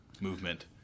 movement